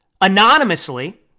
anonymously